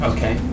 Okay